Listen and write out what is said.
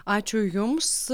ačiū jums